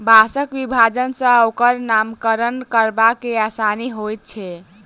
बाँसक विभाजन सॅ ओकर नामकरण करबा मे आसानी होइत छै